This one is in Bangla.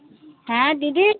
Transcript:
হ্যাঁ দিদি